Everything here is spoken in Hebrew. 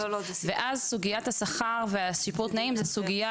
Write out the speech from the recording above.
ואז סוגית השכר ושיפור התנאים זה סוגיה